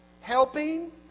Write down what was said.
helping